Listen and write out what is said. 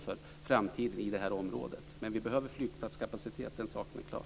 Men vi behöver flygplatskapacitet - den saken är klar.